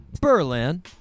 Berlin